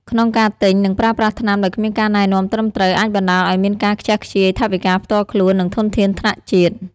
ក្នុងការទិញ និងប្រើប្រាស់ថ្នាំដោយគ្មានការណែនាំត្រឹមត្រូវ អាចបណ្ដាលឱ្យមានការខ្ជះខ្ជាយថវិកាផ្ទាល់ខ្លួន និងធនធានថ្នាក់ជាតិ។